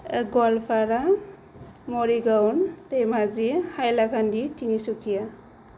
Goalpara Morigaon Dhemaji Hailakandi Tinsukia